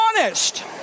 honest